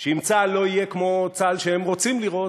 שאם צה"ל לא יהיה כמו צה"ל שהם רוצים לראות,